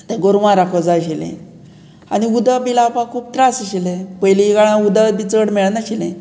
तें गोरवां राखो जाय आशिल्लें आनी उदक बी लावपाक खूब त्रास आशिल्लें पयलीं काळांत उदक बी चड मेळनाशिल्लें